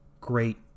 great